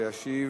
ישיב